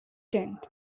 tent